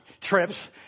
trips